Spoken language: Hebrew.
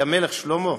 למלך שלמה.